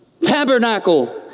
tabernacle